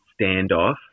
standoff